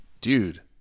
Dude